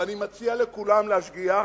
ואני מציע לכולם להשגיח,